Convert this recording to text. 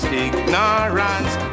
ignorance